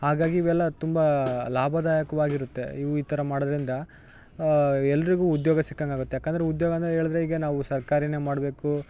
ಹಾಗಾಗಿ ಇವೆಲ್ಲ ತುಂಬ ಲಾಭದಾಯಕ್ವಾಗಿರುತ್ತೆ ಇವು ಈ ಥರ ಮಾಡೋದ್ರಿಂದ ಎಲ್ಲರಿಗು ಉದ್ಯೋಗ ಸಿಕ್ಕಂಗಾಗುತ್ತೆ ಯಾಕಂದರೆ ಉದ್ಯೋಗ ಅಂದರೆ ಹೇಳಿದರೆ ಈಗ ನಾವು ಸರ್ಕಾರಿನೇ ಮಾಡಬೇಕು